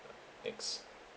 uh aches